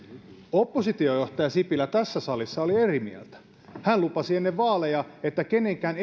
oppositiojohtaja sipilä tässä salissa oli eri mieltä hän lupasi ennen vaaleja että kenenkään